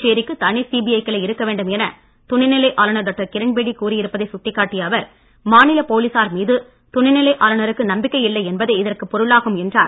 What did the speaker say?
புதுச்சேரிக்கு தனி சிபிஐ கிளை இருக்க வேண்டும் என துணைநிலை ஆளுநர் டாக்டர் கிரண்பேடி கூறியிருப்பதை சுட்டிக்காட்டிய அவர் மாநில போலிசார் மீது துணைநிலை ஆளுநருக்கு நம்பிக்கை இல்லை என்பதே இதற்கு பொருளாகும் என்றார்